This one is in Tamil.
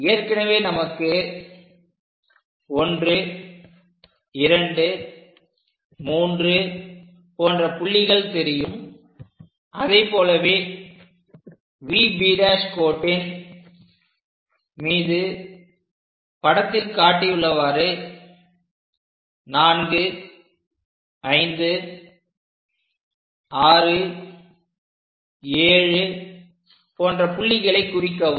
ஏற்கனவே நமக்கு 123 போன்ற புள்ளிகள் தெரியும் அதைப்போலவே V B' கோட்டின் மீது படத்தில் காட்டியுள்ளவாறு 4567 போன்ற புள்ளிகளை குறிக்கவும்